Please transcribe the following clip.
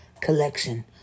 collection